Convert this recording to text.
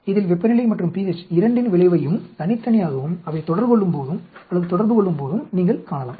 இதில் வெப்பநிலை மற்றும் pH இரண்டின் விளைவையும் தனித்தனியாகவும் அவை தொடர்பு கொள்ளும்போதும் நீங்கள் காணலாம்